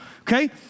okay